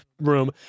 room